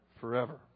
forever